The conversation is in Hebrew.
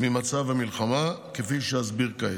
ממצב המלחמה, כפי שאסביר כעת: